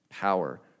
power